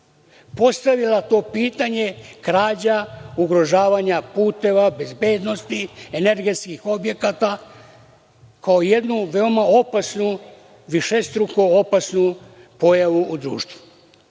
postavila to pitanje krađa, ugrožavanja puteva, bezbednosti, energetskih objekata, kao jednu veoma opasnu, višestruko opasnu pojavu u društvu. Nikakvi